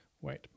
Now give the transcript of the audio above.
wait